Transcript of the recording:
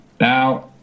now